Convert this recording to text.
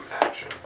action